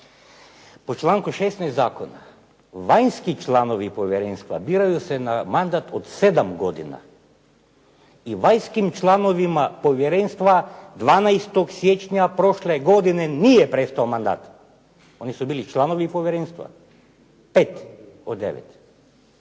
Po članku 16. zakona vanjski članovi povjerenstva biraju se na mandat od 7 godina i vanjskim članovima povjerenstva 12. siječnja prošle godine nije prestao mandat. Oni su bili članovi povjerenstva, pet od